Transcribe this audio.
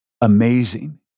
amazing